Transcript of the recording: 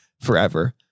forever